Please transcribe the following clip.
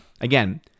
again